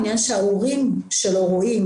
העניין שההורים שלו רואים,